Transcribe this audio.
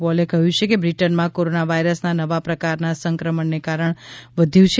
પોલે કહ્યું કે બ્રિટનમાં કોરોના વાયરસના નવા પ્રકારના કારણે સંક્રમણ વધ્યું છે